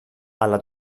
alla